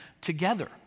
together